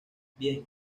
bien